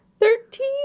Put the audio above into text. Thirteen